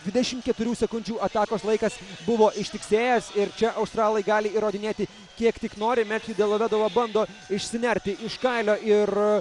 dvidešim keturių sekundžių atakos laikas buvo ištiksėjęs ir čia australai gali įrodinėti kiek tik nori metju delovedova bando išsinerti iš kailio ir